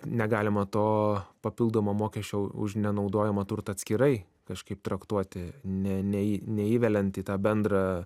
negalima to papildomo mokesčio už nenaudojamą turtą atskirai kažkaip traktuoti ne neį neįveliant į tą bendrą